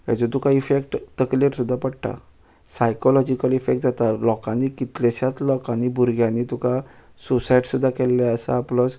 हेजो तुका इफॅक्ट तकलेर सुद्दां पडटा सायकॉलॉजीकल इफॅक जाता लोकांनी कितल्याश्यात लोकांनी भुरग्यांनी तुका सुसायड सुद्दां केल्ले आसा प्लस